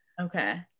okay